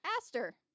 Aster